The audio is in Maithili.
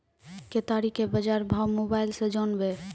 केताड़ी के बाजार भाव मोबाइल से जानवे?